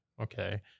Okay